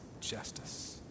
justice